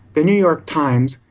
the new york times,